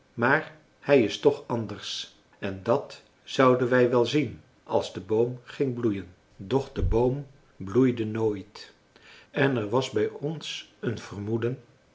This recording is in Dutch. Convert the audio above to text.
maar hij is toch anders en dat zouden wij wel zien als de boom ging bloeien doch de boom bloeide nooit en er was bij ons een vermoeden